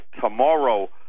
tomorrow